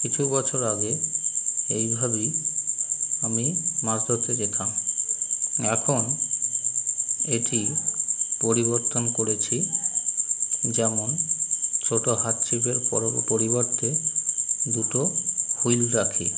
কিছু বছর আগে এইভাবেই আমি মাছ ধরতে যেতাম এখন এটি পরিবর্তন করেছি যেমন ছোট হাতছিপের পরো পরিবর্তে দুটো হুইল রাখি